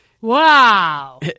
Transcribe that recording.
Wow